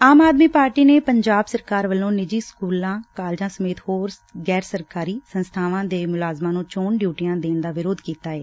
ਆਮ Aadmi party ਨੇ ਪੰਜਾਬ ਸਰਕਾਰ ਵੱਲੋ ਪ੍ਰਾਈਵੇਟ ਸਕੂਲਾਂ ਕਾਲਜਾਂ ਸਮੇਤ ਹੋਰ ਗੈਰ ਸਰਕਾਰੀ ਸੰਸਬਾਵਾਂ ਦੇ ਮੁਲਾਜ਼ਮਾਂ ਨੂੰ ਚੋਣ ਡਿਊਟੀਆਂ ਦੇਣ ਦਾ ਵਿਰੋਧ ਕੀਤਾ ਏ